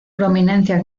prominencia